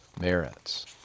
merits